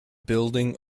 building